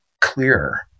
clearer